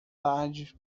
tarde